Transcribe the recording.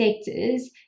sectors